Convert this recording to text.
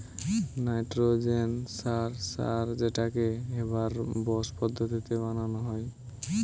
nitrogen সার সার যেটাকে হেবার বস পদ্ধতিতে বানানা হয়